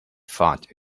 fought